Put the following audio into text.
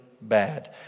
bad